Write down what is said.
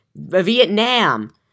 Vietnam